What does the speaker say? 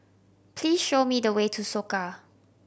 please show me the way to Soka